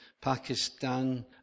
Pakistan